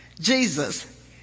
Jesus